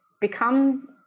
become